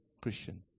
Christian